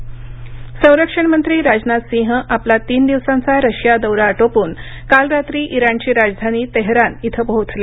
राजनाथ संरक्षण मंत्री राजनाथसिंह आपला तीन दिवसांचा रशिया दौरा आटोपून काल रात्री इराणची राजधानी तेहरान इथं पोहोचले